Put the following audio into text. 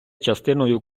частиною